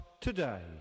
today